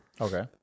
Okay